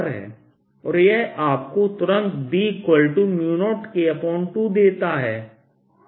और यह आपको तुरंत B0K2 देता है